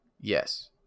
Yes